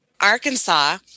Arkansas